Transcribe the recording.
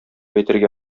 әйтергә